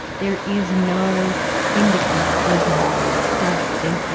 there is no indicator, there's no study. there's no,